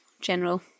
general